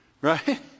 Right